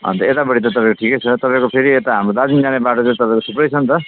अनि त यतापट्टि त तपाईँको ठिकै छ तपाईँको फेरि यता हाम्रो दार्जिलिङ जाने बाटो त तपाईँको थुप्रै छ नि त